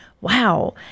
Wow